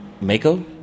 Mako